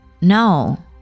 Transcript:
No